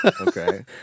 Okay